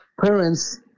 parents